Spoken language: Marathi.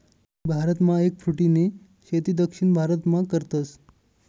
भारतमा एगफ्रूटनी शेती दक्षिण भारतमा करतस